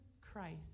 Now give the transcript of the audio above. Christ